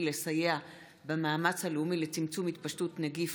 לסייע במאמץ הלאומי לצמצום התפשטות נגיף